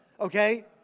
Okay